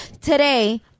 today